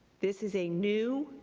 this is a new,